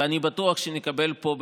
ואני בטוח שנקבל פה,